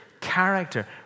character